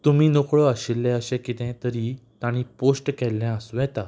तुमी नोकळो आशिल्ले अशें कितें तरी तांणी पोस्ट केल्लें आसूं येता